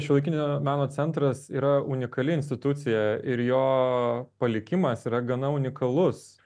šiuolaikinio meno centras yra unikali institucija ir jo palikimas yra gana unikalus